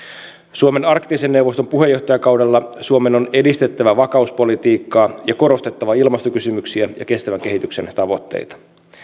suomen arktisen neuvoston puheenjohtajakaudella suomen on edistettävä vakauspolitiikkaa ja korostettava ilmastokysymyksiä ja kestävän kehityksen tavoitteita